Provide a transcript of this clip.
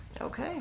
Okay